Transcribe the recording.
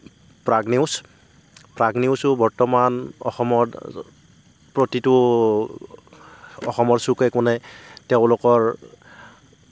Prag news Prag নিউজো বৰ্তমান অসমত প্ৰতিটো অসমৰ চুকে কোণে তেওঁলোকৰ